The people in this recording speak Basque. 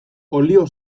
olio